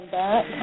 back